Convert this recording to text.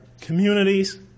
communities